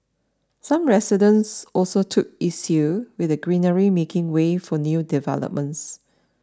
some residents also took issue with the greenery making way for new developments